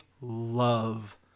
love